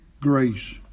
grace